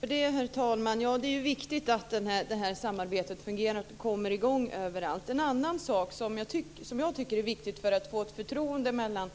Herr talman! Det är viktigt att samarbetet fungerar och kommer i gång överallt. En annan sak som jag tycker är viktig för att få ett förtroende mellan